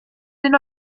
den